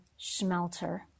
Schmelter